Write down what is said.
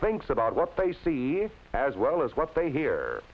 thinks about what they see as well as what they hear